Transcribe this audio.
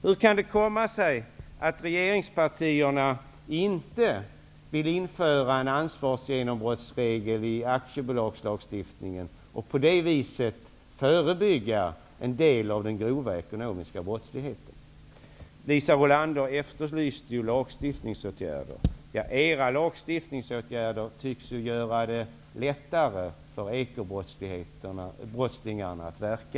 Hur kan det komma sig att regeringspartierna inte vill införa en ansvarsgenombrottsregel i aktiebolagslagstiftningen och på det viset förebygga en del av den grova ekonomiska brottsligheten? Liisa Rulander efterlyste lagstiftningsåtgärder. Era lagstiftningsåtgärder tycks göra det lättare för ekobrottslingarna att verka.